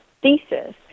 thesis